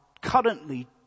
currently